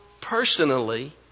personally